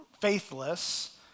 faithless